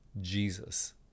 Jesus